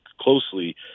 closely